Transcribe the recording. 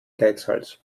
geizhals